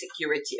security